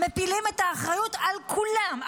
מפילים את האחריות על כולם,